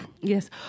Yes